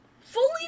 fully